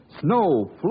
snow